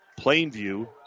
Plainview